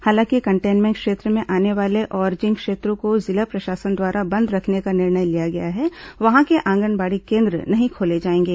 हालांकि कंटेनमेंट क्षेत्र में आने वाले और जिन क्षेत्रों को जिला प्रशासन द्वारा बंद रखने का निर्णय लिया गया है वहां के आंगनबाड़ी केन्द्र नहीं खोले जाएंगे